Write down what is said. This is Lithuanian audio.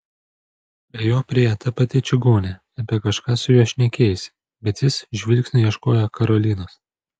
prie jo priėjo ta pati čigonė apie kažką su juo šnekėjosi bet jis žvilgsniu ieškojo karolinos